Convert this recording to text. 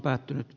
varapuhemies